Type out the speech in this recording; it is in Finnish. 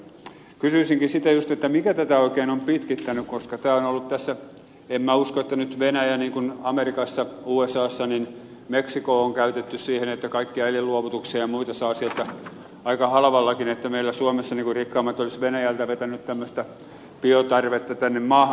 kysyisinkin sitä just mikä tätä oikein on pitkittänyt koska en minä usko että nyt venäjältä niin kuin amerikassa usassa meksikoa on käytetty siihen että kaikkia elinluovutuksia ja muita saa sieltä aika halvallakin meillä suomessa rikkaimmat olisivat vetäneet tämmöistä biotarvetta tänne maahan